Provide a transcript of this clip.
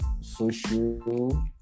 social